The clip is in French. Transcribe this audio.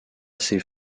assez